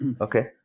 Okay